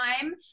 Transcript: time